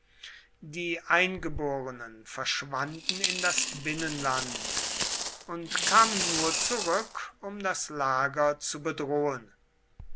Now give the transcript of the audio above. die eingeborenen verschwanden in das binnenland und kamen nur zurück um das lager zu bedrohen